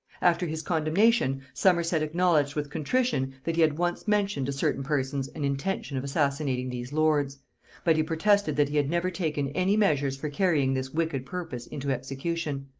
after his condemnation, somerset acknowledged with contrition that he had once mentioned to certain persons an intention of assassinating these lords but he protested that he had never taken any measures for carrying this wicked purpose into execution.